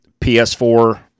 PS4